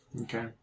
Okay